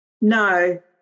No